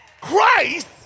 Christ